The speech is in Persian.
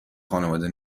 خانواده